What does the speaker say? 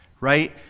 right